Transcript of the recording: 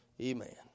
Amen